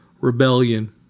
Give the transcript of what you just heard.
rebellion